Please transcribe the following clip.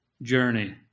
journey